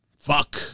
fuck